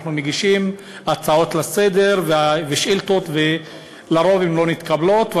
אנחנו מגישים הצעות לסדר-היום ושאילתות ולרוב הן לא מתקבלות.